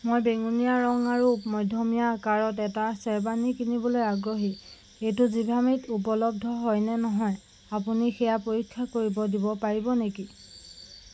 মই বেঙুনীয়া ৰং আৰু মধ্যমীয়া আকাৰত এটা শ্বেৰৱানী কিনিবলৈ আগ্ৰহী এইটো জিভামেত উপলব্ধ হয় নে নহয় আপুনি সেয়া পৰীক্ষা কৰিব দিব পাৰিব নেকি